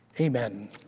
Amen